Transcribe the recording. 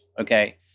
okay